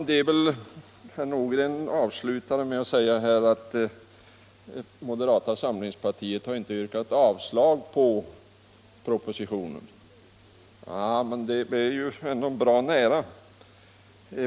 Herr Nordgren avslutade med att säga att moderata samlingspartiet inte yrkat avslag på förslaget om anställdas medbestämmanderätt. Nej, men det är bra nära.